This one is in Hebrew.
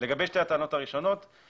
לגבי שתי הטענות הראשונות,